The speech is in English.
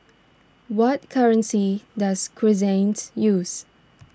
what currency does use